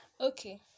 Okay